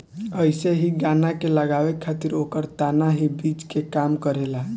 अइसे ही गन्ना के लगावे खातिर ओकर तना ही बीज के काम करेला